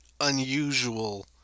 unusual